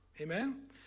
Amen